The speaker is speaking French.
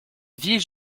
ville